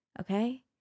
okay